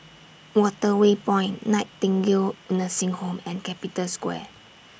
Waterway Point Nightingale Nursing Home and Capital Square